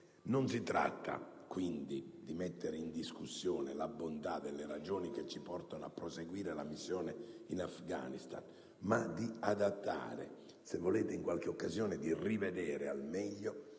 Non si tratta, quindi, di mettere in discussione la bontà delle ragioni che ci portano a proseguire la missione in Afghanistan, ma di adattare e, se volete, in qualche occasione di rivedere al meglio